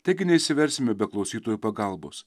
taigi neišsiversime be klausytojų pagalbos